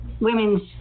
women's